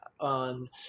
on